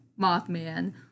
Mothman